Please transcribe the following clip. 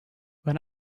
when